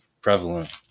prevalent